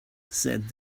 said